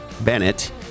Bennett